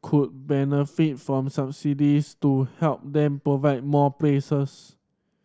could benefit from subsidies to help them provide more places